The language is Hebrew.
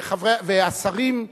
והשרים,